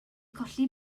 colli